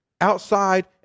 outside